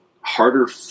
harder